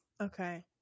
Okay